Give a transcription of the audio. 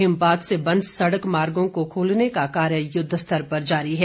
हिमपात से बंद सड़क मार्गो को खोलने का कार्य युद्ध स्तर पर जारी है